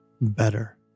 better